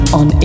on